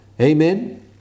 Amen